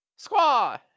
Squaw